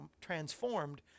transformed